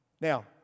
Now